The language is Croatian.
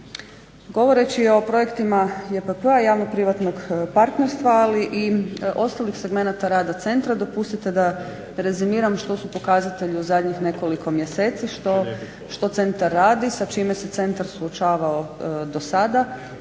Govoreći o projektima JPP-a javno privatnog partnerstva ali i ostalih segmenata rada segment dopustite da rezimiram što su pokazatelji u zadnjih nekoliko mjeseci što centar radi sa čime se centar suočavao do sada